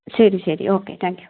ശരി ശരി okay thank you